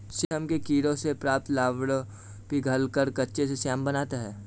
रेशम के कीड़ों से प्राप्त लार्वा पिघलकर कच्चा रेशम बनाता है